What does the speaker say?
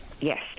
Yes